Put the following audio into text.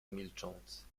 milcząc